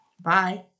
Bye